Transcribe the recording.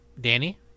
danny